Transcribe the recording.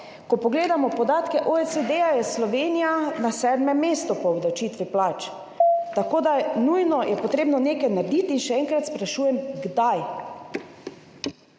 Ko pogledamo podatke OECD, je Slovenija na sedmem mestu po obdavčitvi plač, tako da je nujno treba nekaj narediti. Še enkrat sprašujem: Kdaj